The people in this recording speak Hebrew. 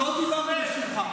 לא דיברנו בשמך,